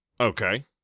Okay